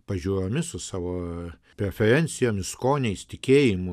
pažiūromis su savo preferencijomis skoniais tikėjimu